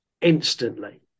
instantly